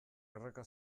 erreka